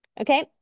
okay